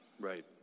Right